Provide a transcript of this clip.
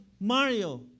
mario